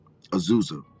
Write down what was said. Azusa